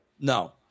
No